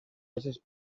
peces